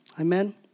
Amen